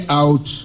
out